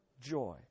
joy